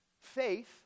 faith